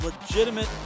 legitimate